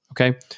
Okay